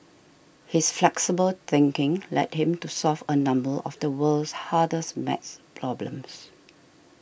his flexible thinking led him to solve a number of the world's hardest math problems